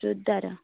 churidar